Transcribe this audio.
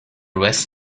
rest